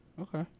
Okay